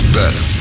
better